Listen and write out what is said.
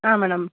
madam